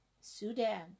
Sudan